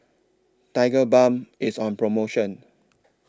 Tigerbalm IS on promotion